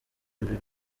ibi